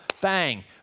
bang